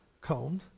combed